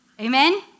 Amen